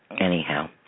anyhow